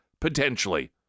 potentially